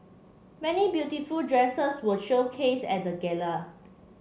many beautiful dresses were showcased at the gala